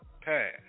pass